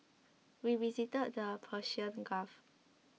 we visited the Persian Gulf